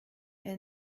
elle